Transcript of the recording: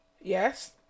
Yes